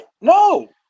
No